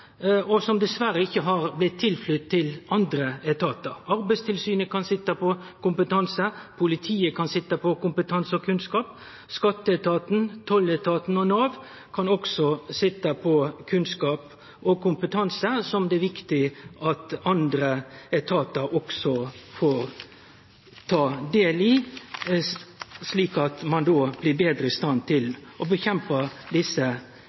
som dessverre ikkje har kome andre etatar til gode. Arbeidstilsynet kan sitje på kompetanse. Politiet kan sitje på kompetanse og kunnskap, og skatteetaten, tolletaten og Nav kan sitje på kunnskap og kompetanse som det er viktig at andre etatar òg får ta del i, slik at ein då blir betre i stand til å kjempe mot desse